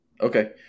Okay